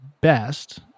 best